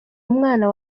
umwana